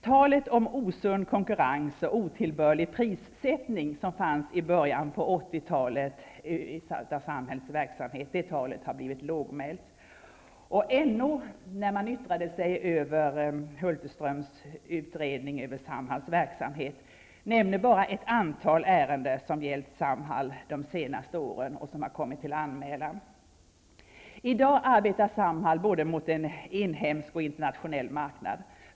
Talet om osund konkurrens och otillbörlig prissättning, som förekom i början av 80-talet, av Samhalls verksamhet har blivit lågmält. När NO yttrade sig över Hulterströms utredning om verksamheten nämnde man bara ett antal ärenden som gällde Samhall som anmälts de senaste åren. I dag arbetar Samhall både mot en inhemsk och mot en internationell marknad.